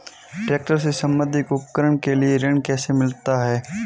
Tractor से संबंधित उपकरण के लिए ऋण कैसे मिलता है?